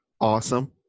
awesome